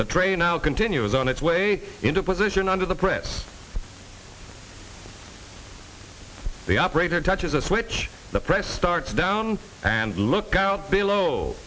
the train now continues on its way into position under the press the operator touches a switch the press starts down and look out below